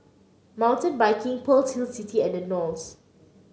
Mountain Biking Pearl's Hill City and The Knolls